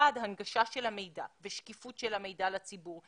הנגשה של המידע ושקיפות של המידע לציבור,